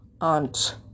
aunt